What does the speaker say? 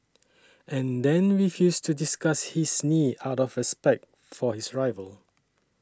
and then refused to discuss his knee out of respect for his rival